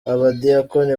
abadiyakoni